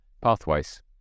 pathways